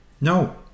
No